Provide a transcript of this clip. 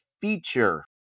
feature